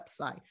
website